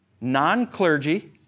Non-clergy